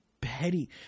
petty